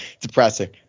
Depressing